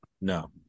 no